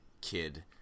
kid